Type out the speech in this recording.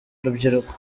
urubyiruko